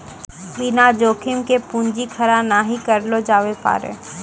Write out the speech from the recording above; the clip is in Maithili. बिना जोखिम के पूंजी खड़ा नहि करलो जावै पारै